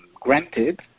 granted